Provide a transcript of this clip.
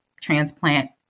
transplant